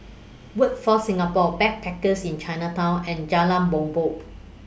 Workforce Singapore Backpackers Inn Chinatown and Jalan Bumbong